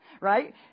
right